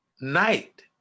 night